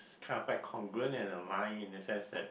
kind of like congruent in a line in the sense that